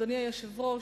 אדוני היושב-ראש,